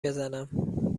بزنم